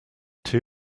two